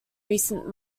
recent